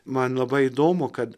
man labai įdomu kad